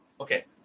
okay